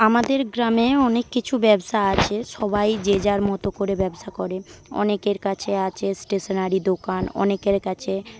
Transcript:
আমাদের গ্রামে অনেক কিছু ব্যবসা আছে সবাই যে যার মতো করে ব্যবসা করে অনেকের কাছে আছে স্টেশেনারি দোকান অনেকের কাছে